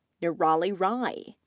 nirali rai,